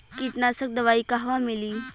कीटनाशक दवाई कहवा मिली?